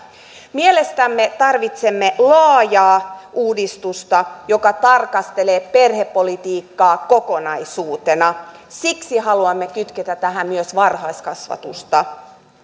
mielestämme tarvitsemme laajaa uudistusta joka tarkastelee perhepolitiikkaa kokonaisuutena siksi haluamme kytkeä tähän myös varhaiskasvatusta